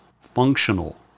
functional